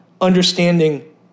understanding